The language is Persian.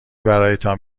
برایتان